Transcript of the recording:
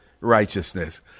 righteousness